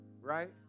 right